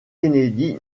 kennedy